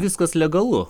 viskas legalu